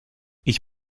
ich